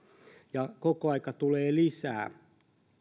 ja koko aika tulee lisää